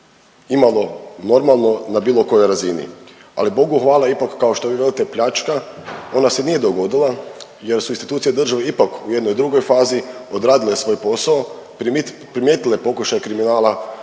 imalo normalno na bilo kojoj razini. Ali Bogu hvala kao što vi velite pljačka ona se nije dogodila jer su institucije države ipak u jednoj drugoj fazi odradile svoj posao, primijetile pokušaj kriminala